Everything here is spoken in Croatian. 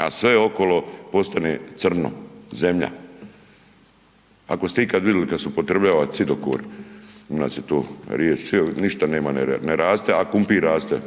a sve okolo postane crno, zemlja. Ako ste ikad vidjeli kad se upotrebljava cidokor, u nas je to .../Govornik se ne razumije./... ništa nema, ne raste a krumpir raste,